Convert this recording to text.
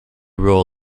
role